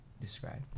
describe